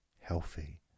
healthy